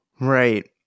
Right